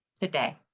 today